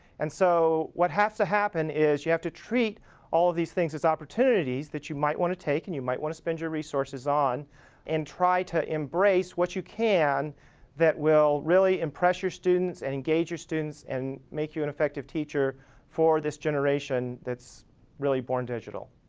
and so, what has to happen is you have to treat all of things as opportunities that you might want to take and you might want to spend your resources on and try to embrace what you can that will really impress your students, engage your students and make you an effective teacher for this generation that's really born digital.